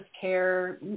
care